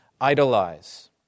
idolize